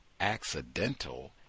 accidental